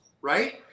right